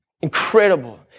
Incredible